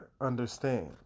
understand